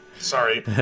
Sorry